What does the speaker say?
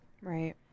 Right